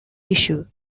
tissue